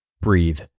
Breathe